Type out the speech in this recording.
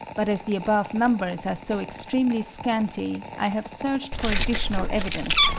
but as the above numbers are so extremely scanty, i have searched for additional evidence,